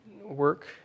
work